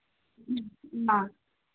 ꯑ